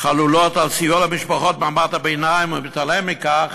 חלולות על סיוע למשפחות ממעמד הביניים, ומתעלם מכך